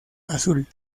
azul